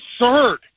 absurd